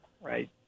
right